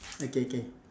okay okay